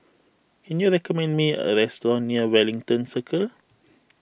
can you recommend me a restaurant near Wellington Circle